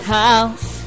house